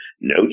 no